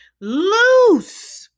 loose